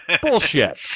Bullshit